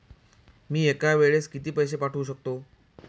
मी एका वेळेस किती पैसे पाठवू शकतो?